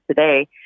today